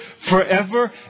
forever